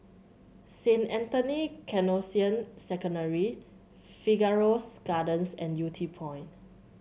Saint Anthony Canossian Secondary Figaro's Gardens and Yew Tee Point